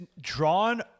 drawn